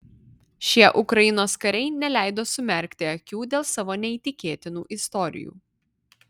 šie ukrainos kariai neleido sumerkti akių dėl savo neįtikėtinų istorijų